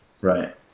Right